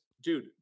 dude